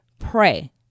Pray